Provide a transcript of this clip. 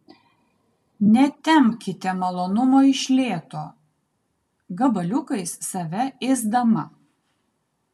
netempkite malonumo iš lėto gabaliukais save ėsdama